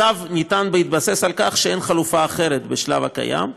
הצו ניתן בהתבסס על כך שאין חלופה אחרת בשלב הקיים,